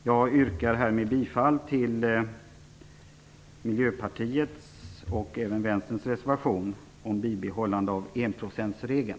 Jag yrkar härmed bifall till Miljöpartiets och vänsterns reservation om bibehållande av enprocentsregeln.